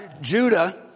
Judah